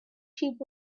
sheep